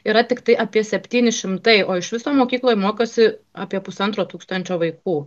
yra tiktai apie septyni šimtai o iš viso mokykloj mokosi apie pusantro tūkstančio vaikų